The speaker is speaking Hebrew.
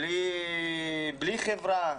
בלי חברה,